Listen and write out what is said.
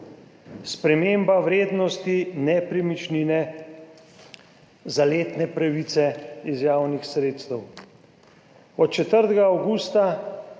sprememba vrednosti nepremičnine za letne pravice iz javnih sredstev.